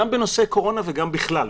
גם בנושא קורונה וגם בכלל.